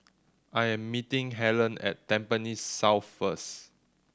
I am meeting Hellen at Tampines South first